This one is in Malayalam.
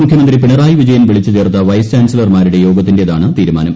മുഖ്യമന്ത്രി പിണറായി വിജയൻ വിളിച്ചുചേർത്ത വൈസ് ചാൻസലർമാരുടെ യോഗത്തിന്റേതാണ് തീരുമാനം